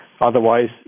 Otherwise